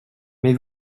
mais